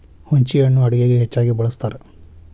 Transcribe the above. ಹುಂಚಿಹಣ್ಣು ಅಡುಗೆಗೆ ಹೆಚ್ಚಾಗಿ ಬಳ್ಸತಾರ